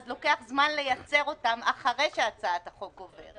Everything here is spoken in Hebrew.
אז לוקח זמן לייצר אותם אחרי שהצעת החוק עוברת.